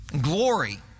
glory